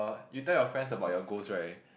you tell your friends about your goals right